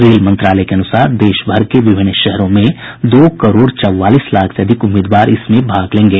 rail मंत्रालय के अन्सार देश भर के विभिन्न शहरों में दो करोड़ चौवालीस लाख से अधिक उम्मीदवार इसमें भाग लेंगे